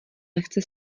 lehce